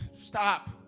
stop